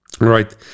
right